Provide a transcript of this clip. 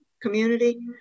community